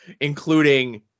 including